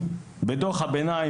בדו"ח הביניים,